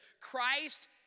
Christ